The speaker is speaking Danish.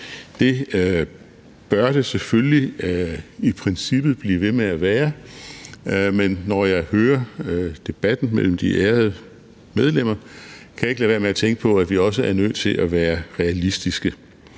Det bør det selvfølgelig i princippet blive ved med at være, men når jeg hører debatten mellem de ærede medlemmer, kan jeg ikke lade være med at tænke på, at vi også er nødt til at være realistiske.